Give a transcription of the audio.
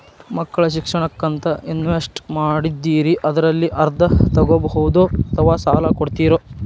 ಮಕ್ಕಳ ಶಿಕ್ಷಣಕ್ಕಂತ ಇನ್ವೆಸ್ಟ್ ಮಾಡಿದ್ದಿರಿ ಅದರಲ್ಲಿ ಅರ್ಧ ತೊಗೋಬಹುದೊ ಅಥವಾ ಸಾಲ ಕೊಡ್ತೇರೊ?